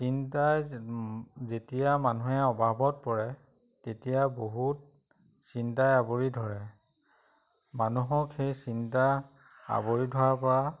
চিন্তাই যেতিয়া মানুহে অভাৱত পৰে তেতিয়া বহুত চিন্তাই আৱৰি ধৰে মানুহক সেই চিন্তা আৱৰি ধৰাৰ পৰা